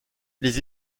les